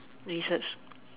lizards